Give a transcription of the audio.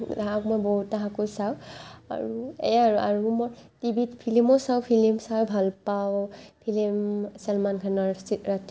তাহাঁক মই বহুত তাহাঁকো চাওঁ আৰু এইয়াই আৰু আৰু মই টি ভিত ফিলিমো চাওঁ ফিলিম চাই ভাল পাওঁ ফিলিম ছলমান খানৰ চি ৰাতি